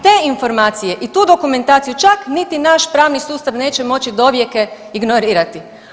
Te informacije i tu dokumentaciju čak niti naš pravni sustav neće moći dovijeke ignorirati.